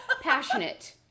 Passionate